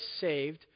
saved